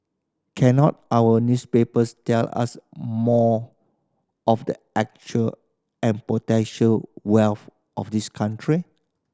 cannot our newspapers tell us more of the actual and potential wealth of this country